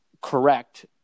correct